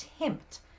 attempt